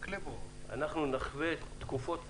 אנחנו נחווה תקופות קשות.